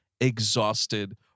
exhausted